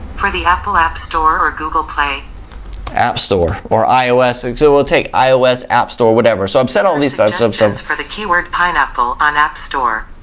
app store or google play app store or ios so we'll take ios app store whatever so upset only so substance for the keyword pineapple on app store